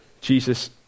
Jesus